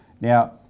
Now